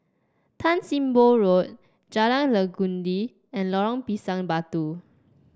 Tan Sim Boh Road Jalan Legundi and Lorong Pisang Batu